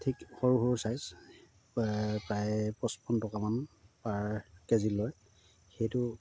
ঠিক সৰু সৰু চাইজ প্ৰায় পঁচপন্ন টকামান পাৰ কেজি লয় সেইটো